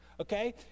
Okay